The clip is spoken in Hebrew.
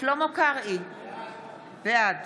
שלמה קרעי, בעד